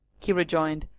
he rejoined,